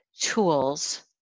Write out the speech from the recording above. tools